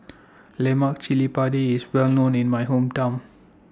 Lemak Cili Padi IS Well known in My Hometown